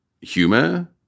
humor